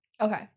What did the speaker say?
Okay